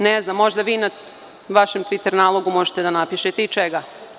Ne znam, možda vi na vašem tviter nalogu možete da napišete i čega.